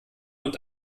und